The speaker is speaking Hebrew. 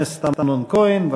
חבר הכנסת אמנון כהן.